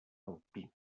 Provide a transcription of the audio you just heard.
alpina